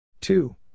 Two